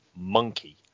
monkey